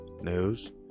news